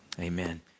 Amen